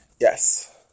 Yes